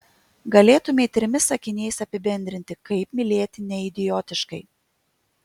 galėtumei trimis sakiniais apibendrinti kaip mylėti neidiotiškai